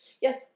yes